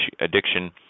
Addiction